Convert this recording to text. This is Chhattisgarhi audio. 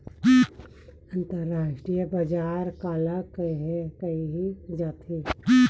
अंतरराष्ट्रीय बजार काला कहे जाथे?